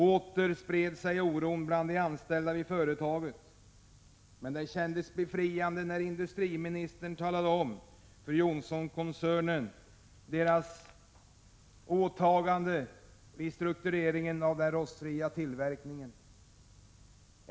Åter spred sig oron bland de anställda vid företaget, men det kändes befriande när industriministern påpekade för Johnsonkoncernen vilket åtagande man gjort vid struktureringen av den rostfria tillverkningen.